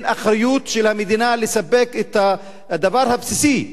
האם אין אחריות של המדינה לספק את הדבר הבסיסי,